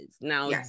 Now